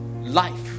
life